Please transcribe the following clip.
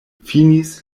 finis